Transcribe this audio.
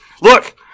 Look